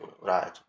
right